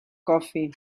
coffee